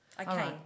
Okay